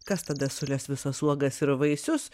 kas tada sules visas uogas ir vaisius